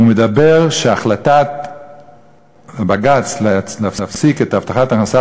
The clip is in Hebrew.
הוא אומר על החלטת בג"ץ להפסיק את הבטחת ההכנסה